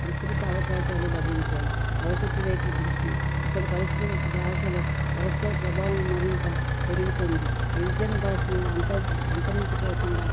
విస్తృత అవకాశాలు లభించాయి భవిష్యత్తు వైపు దృష్టి ఇప్పటి పరిస్థితుల భాషలు పరస్పర ప్రభావం మరింత పెరుగుతుంది గిరిజన భాషను అంత అంతరించిపోకుండా